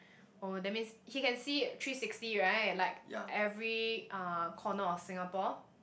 oh that means he can see it three sixty right like every uh corner of Singapore